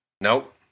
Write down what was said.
Nope